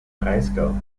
breisgau